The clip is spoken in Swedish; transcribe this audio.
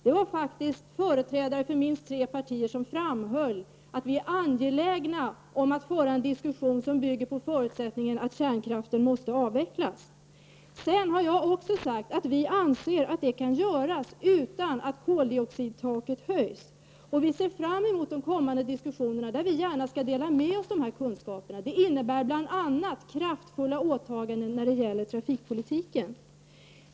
Det var faktiskt företrädare för minst tre partier som framhöll att vi är angelägna om att föra en diskussion som bygger på förutsättningen att kärnkraften måste avvecklas. Sedan vill även jag ha sagt att vi anser att det kan göras utan att koldioxidtaket höjs. Vi ser fram emot de kommande diskussionerna där vi gärna skall dela med oss av dessa kunskaper. Det innebär bl.a. kraftfulla åtaganden när det gäller trafikpolitiken.